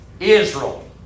Israel